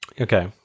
Okay